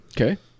Okay